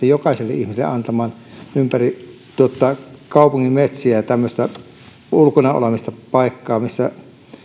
jokaiselle ihmiselle antamaan liikunnan harrastamista ympäri kaupungin metsiä ja tämmöistä ulkona olemisen paikkaa missä